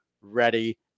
ready